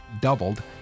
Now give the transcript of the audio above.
doubled